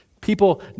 People